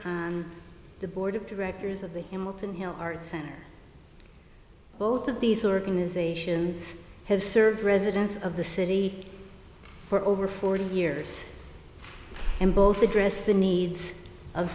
on the board of directors of the him up in his art center both of these organizations have served residents of the city for over forty years and both address the needs of